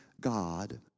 God